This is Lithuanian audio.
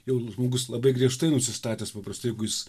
jau žmogus labai griežtai nusistatęs paprastai jeigu jis